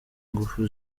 ingufu